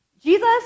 Jesus